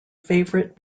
favorite